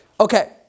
Okay